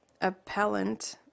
appellant